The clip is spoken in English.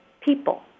people